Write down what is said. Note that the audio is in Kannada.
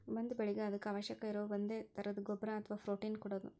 ಒಂದ ಬೆಳಿಗೆ ಅದಕ್ಕ ಅವಶ್ಯಕ ಇರು ಒಂದೇ ತರದ ಗೊಬ್ಬರಾ ಅಥವಾ ಪ್ರೋಟೇನ್ ಕೊಡುದು